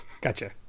Gotcha